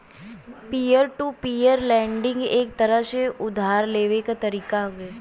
peer to peer lending एक तरह से उधार लेवे क तरीका हउवे